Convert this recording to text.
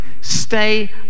stay